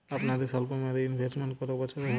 আপনাদের স্বল্পমেয়াদে ইনভেস্টমেন্ট কতো বছরের হয়?